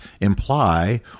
imply